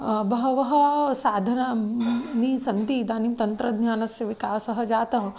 बहवः साधनानि सन्ति इदानीं तन्त्रज्ञानस्य विकासः जातः